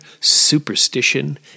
superstition